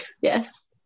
Yes